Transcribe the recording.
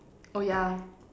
oh ya